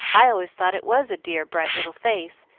i always thought it was a dear, bright little face,